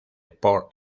port